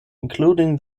including